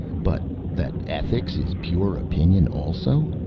but that ethics is pure opinion also?